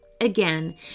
Again